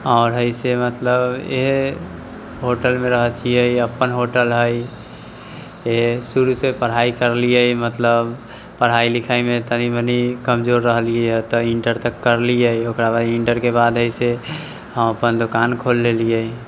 आओर हय से मतलब इहे होटलमे रहैत छियै अपन होटल हय शुरू से पढ़ाइ करलियै मतलब पढ़ाइ लिखाइमे तनी मनी कमजोर रहलियै यऽ तऽ इन्टर तक करलियै ओकरा बाद इन्टरके बाद हय से हम अपन दोकान खोल लेलियै